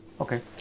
Okay